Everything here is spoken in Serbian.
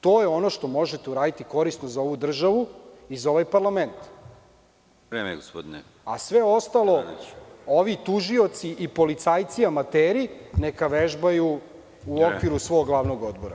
To je ono što možete uraditi korisno za ovu državu i za ovaj parlament. (Predsedavajući: Vreme.) Sve ostalo, ovi tužioci i policajci amateri neka vežbaju u okviru svog glavnog odbora.